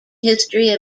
history